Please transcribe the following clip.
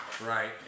Right